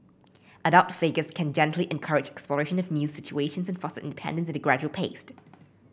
adult figures can gently encourage exploration of new situations and foster independence at a gradual pace